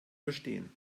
verstehen